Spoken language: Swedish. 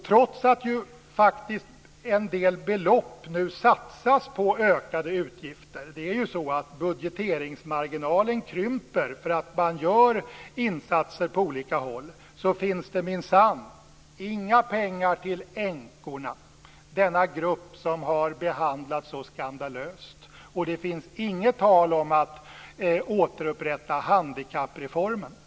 Trots att det nu satsas en del belopp på ökade utgifter - budgeteringsmarginalen krymper när man gör insatser på olika håll - finns det minsann inga pengar till änkorna, denna grupp som har behandlats så skandalöst. Och det finns inget tal om att man skall återupprätta handikappreformen.